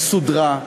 היא סודרה.